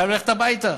חייב ללכת הביתה.